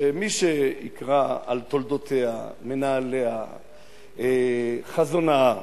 שמי שיקרא על תולדותיה, מנהליה, חזונה,